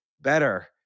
better